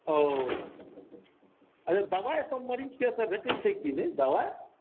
ओ अच्छा दवाइ एतऽ सभ मरीजके भेटैश्रछै कि नहि दवाइ